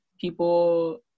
people